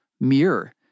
mirror